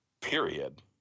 period